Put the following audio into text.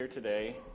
today